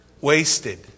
Wasted